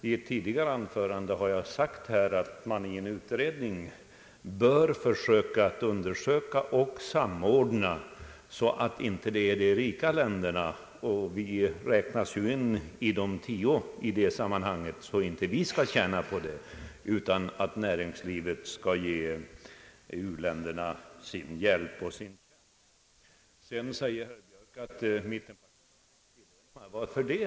I ett tidigare anförande har jag sagt att man i en utredning bör undersöka möjligheten att samordna, så att de rika länderna — vi räknas ju bland de tio främsta i det sammanhanget — inte skall tjäna på verksamheten, utan att näringslivet skall ge u-länderna sin hjälp och sina tjänster.